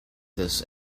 this